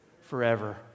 Forever